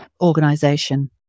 organization